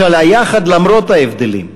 של היחד למרות ההבדלים,